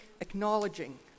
acknowledging